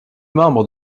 membre